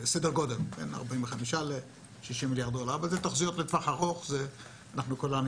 אבל אלה תחזיות לטווח ארוך וכולנו